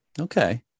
Okay